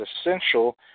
essential